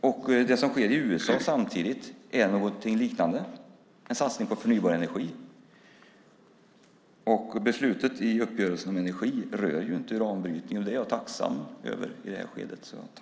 Och i USA sker samtidigt någonting liknande: en satsning på förnybar energi. Beslutet i uppgörelsen om energi rör ju inte uranbrytning, och det är jag tacksam för i det här skedet.